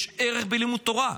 יש ערך בלימוד תורה,